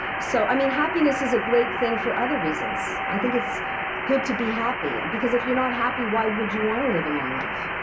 so i mean happiness is a great thing for other reasons. i think it's good to be happy. and because if you're not happy, why would you want to live a long life,